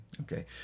Okay